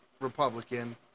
Republican